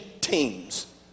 teams